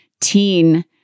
teen